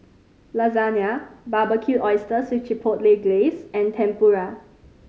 Lasagna Barbecued Oysters with Chipotle Glaze and Tempura